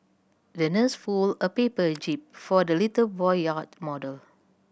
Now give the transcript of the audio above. the nurse folded a paper jib for the little boy yacht model